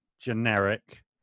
generic